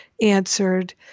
answered